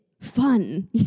fun